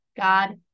god